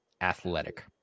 athletic